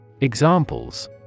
Examples